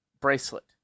Bracelet